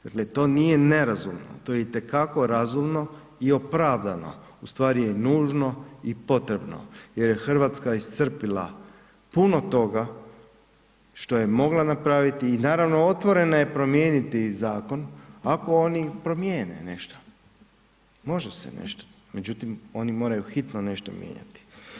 Dakle, to nije nerazumno, to je itekako razumno i opravdano, u stvari je nužno i potrebno jer je RH iscrpila puno toga što je mogla napraviti i naravno otvorena je promijeniti i zakon ako oni promijene nešto, može se nešto, međutim, oni moraju hitno nešto mijenjati.